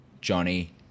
Johnny